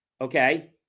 okay